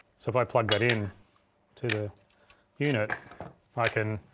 so, if i plug that in to the unit i can,